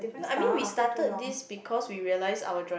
no I mean we started this because we realised our drawing